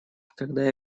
когда